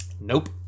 Nope